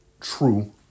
True